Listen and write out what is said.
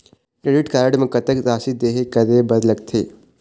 Credit card म कतक राशि देहे करे बर लगथे?